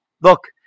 look